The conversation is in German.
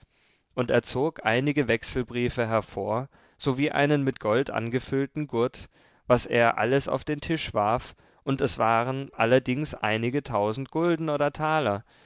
und er zog einige wechselbriefe hervor sowie einen mit gold angefüllten gurt was er alles auf den tisch warf und es waren allerdings einige tausend gulden oder taler